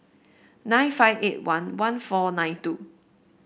nine five eight one one four nine two